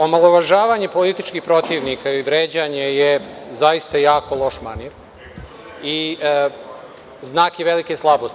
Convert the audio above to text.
Omalovažavanje političkih protivnika i vređanje je zaista loš manir i znak je velike slabosti.